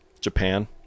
japan